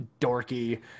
dorky